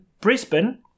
brisbane